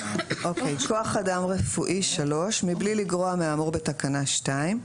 "כוח אדם רפואי 3. מבלי לגרוע מהאמור בתקנה 2,